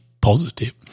positive